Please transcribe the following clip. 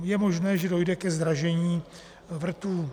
Je možné, že dojde ke zdražení vrtů.